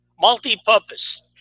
Multi-purpose